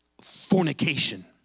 Fornication